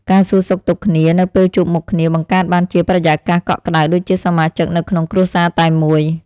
ការសួរសុខទុក្ខគ្នានៅពេលជួបមុខគ្នាបង្កើតបានជាបរិយាកាសកក់ក្ដៅដូចជាសមាជិកនៅក្នុងគ្រួសារតែមួយ។